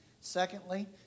Secondly